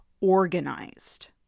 organized